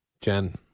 Jen